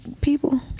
people